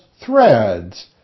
threads